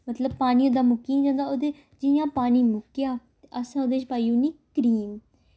मतलब पानी ओह्दा मुक्की जंदा ओह्दे च पानी जियां मुक्केआ ते असें ओह्दे च पाई ओड़नी क्रीम